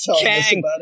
Kang